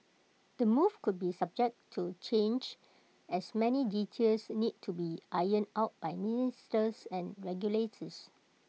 the move could be subject to change as many details need to be ironed out by ministries and regulators